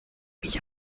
mich